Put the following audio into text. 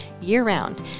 year-round